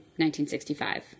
1965